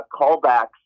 callbacks